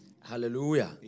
Hallelujah